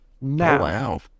now